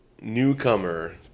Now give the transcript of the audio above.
newcomer